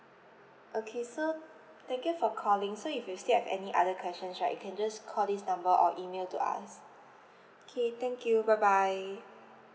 okay so thank you for calling so if you still have any other questions right you can just call this number or email to us okay thank you bye bye